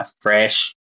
fresh